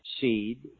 seed